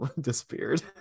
disappeared